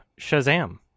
shazam